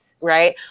right